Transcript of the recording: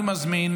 אני מזמין